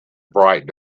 bright